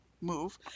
move